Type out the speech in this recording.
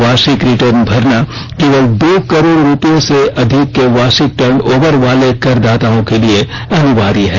वार्षिक रिटर्न भरना केवल दो करोड़ रुपये से ऊपर के वार्षिक टर्न ओवर वाले करदाताओं के लिए अनिवार्य है